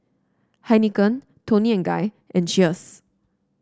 Heinekein Toni and Guy and Cheers